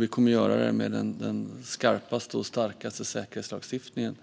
Vi kommer att göra det med den skarpaste och starkaste säkerhetslagstiftningen,